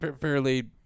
fairly